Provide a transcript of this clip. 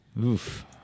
Oof